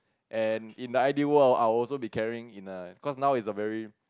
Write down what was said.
and in the I_D world I'll also be carrying in the cause now it is very